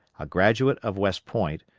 a graduate of west point,